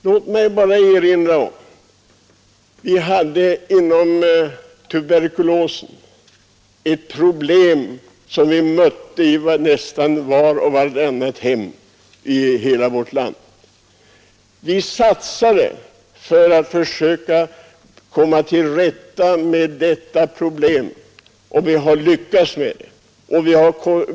Låt mig bara erinra om att tuberkulosen var ett problem som vi mötte i vart och vartannat hem i vårt land. Vi satsade för att försöka komma till rätta med detta problem, och vi lyckades med det.